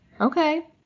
Okay